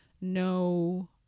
no